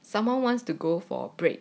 someone wants to go for break